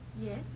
Yes